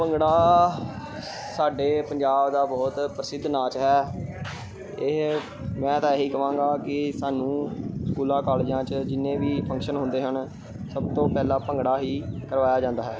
ਭੰਗੜਾ ਸਾਡੇ ਪੰਜਾਬ ਦਾ ਬਹੁਤ ਪ੍ਰਸਿੱਧ ਨਾਚ ਹੈ ਇਹ ਮੈਂ ਤਾਂ ਇਹੀ ਕਹਾਂਗਾ ਕਿ ਸਾਨੂੰ ਸਕੂਲਾਂ ਕਾਲਜਾਂ 'ਚ ਜਿੰਨੇ ਵੀ ਫੰਕਸ਼ਨ ਹੁੰਦੇ ਹਨ ਸਭ ਤੋਂ ਪਹਿਲਾਂ ਭੰਗੜਾ ਹੀ ਕਰਵਾਇਆ ਜਾਂਦਾ ਹੈ